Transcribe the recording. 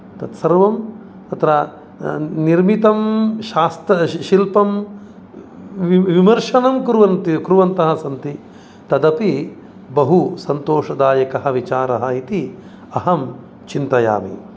तत्सर्वं तत्र निर्मितं शास्त्रशिल्पं वि विमर्शनं कुर्वन्ति कुर्वन्तः सन्ति तदपि बहु सन्तोषदायकः विचारः इति अहं चिन्तयामि